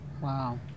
Wow